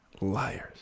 Liars